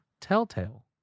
Telltale